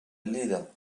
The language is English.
little